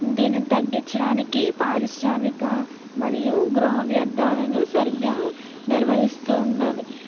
దీన్ని తగ్గించడానికి పారిశ్రామిక మరియు గృహ వ్యర్థాలను సరిగ్గా నిర్వహిస్తూ ఉండాలి